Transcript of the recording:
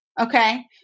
Okay